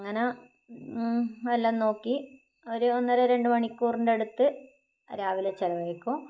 അങ്ങനെ എല്ലാം നോക്കി ഒരു ഒന്നര രണ്ട് മണിക്കൂറിൻ്റടുത്ത് രാവിലെ ചിലവഴിക്കും